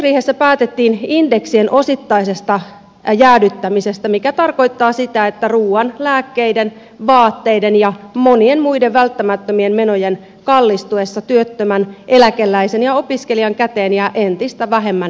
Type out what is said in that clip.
kehysriihessä päätettiin indeksien osittaisesta jäädyttämisestä mikä tarkoittaa sitä että ruuan lääkkeiden vaatteiden ja monien muiden välttämättömien menojen kallistuessa työttömän eläkeläisen ja opiskelijan käteen jää entistä vähemmän euroja